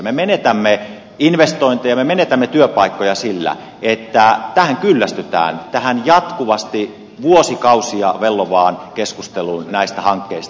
me menetämme investointeja me menetämme työpaikkoja sillä että tähän kyllästytään tähän jatkuvasti vuosikausia vellovaan keskusteluun näistä hankkeista